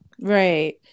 Right